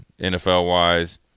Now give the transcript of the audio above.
NFL-wise